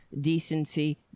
decency